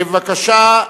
בבקשה.